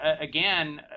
again